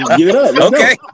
Okay